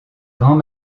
grands